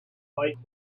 fight